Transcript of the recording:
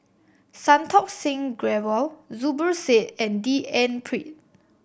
Santokh Singh Grewal Zubir Said and D N Pritt